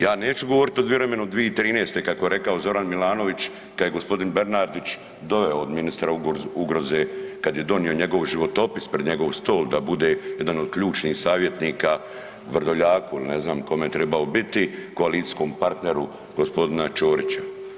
Ja neću govoriti o vremenu 2013. kako je rekao Zoran Milanović kada je gospodin Bernardić doveo ministra ugroze, kad je donio njegov životopis pred njegov stol da bude jedan od ključnih savjetnika Vrdoljaku, ne znam kome je trebao biti, koalicijskom partneru gospodina Ćorića.